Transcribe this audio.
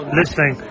listening